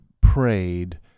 prayed